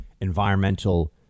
Environmental